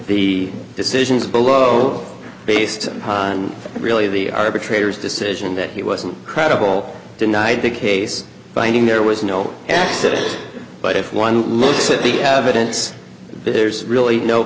the decisions below based on really the arbitrator's decision that he wasn't credible denied the case binding there was no accident but if one looks at the evidence there's really no